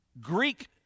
Greek